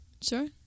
Sure